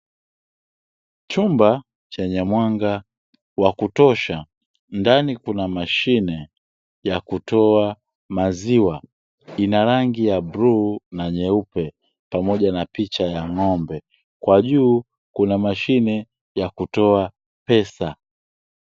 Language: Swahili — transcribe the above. Chumba chenye mwanga wa kutosha, ndani kuna mashine ya kutoa maziwa, ina rangi ya bluu na nyeupe pamoja na picha ya ng'ombe, kwa juu kuna mashine ya kutoa pesa.